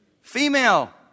female